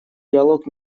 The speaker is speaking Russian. диалог